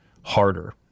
harder